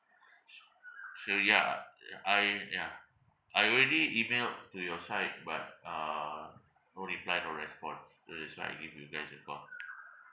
so ya uh I yeah I already emailed to your side but uh no reply or response so that's why I give you guys a call